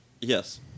Yes